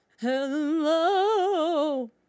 hello